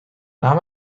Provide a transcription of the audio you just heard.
naar